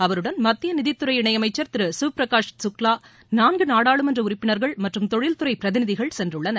அவருடன் மத்திய நிதித்துறை இணை அமைச்சர் திரு சிவ்பிரகாஷ் சுக்லா நான்கு நாடாளுமன்ற உறுப்பினர்கள் மற்றும் தொழில்துறை பிரதிநிதிகள் சென்றுள்ளனர்